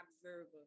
observer